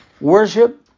Worship